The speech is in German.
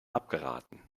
abgeraten